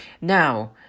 Now